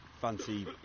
fancy